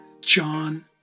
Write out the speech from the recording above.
John